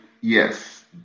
yes